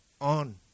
on